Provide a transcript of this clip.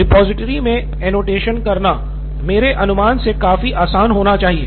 repository में annotation करना मेरे अनुमान से काफी आसान होना चाहिए